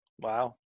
wow